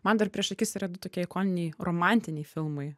man dar prieš akis yra du tokie ikoniniai romantiniai filmai